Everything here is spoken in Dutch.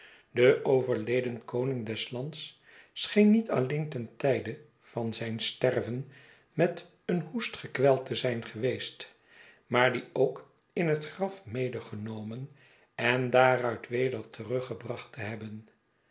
de overleden konirig des lands scheen niet alleen ten tijde van zijn sterven met een hoest gekweld te zijn geweest maar dien ook ik het graf medegenomen en daaruit weder truggebracht te hebben